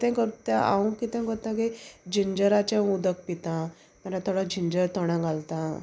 कितें कोत्ता हांव कितें कोत्ता की जिंजराचें उदक पिता नाल्या थोडो जिंजर तोंडां घालतां